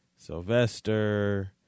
Sylvester